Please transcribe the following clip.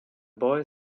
boy